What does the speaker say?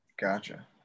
Gotcha